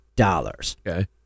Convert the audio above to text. Okay